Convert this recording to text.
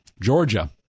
Georgia